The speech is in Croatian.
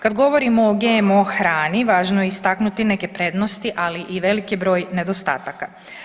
Kada govorimo o GMO hrani važno je istaknuti neke prednosti, ali i veliki broj nedostataka.